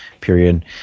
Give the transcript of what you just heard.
period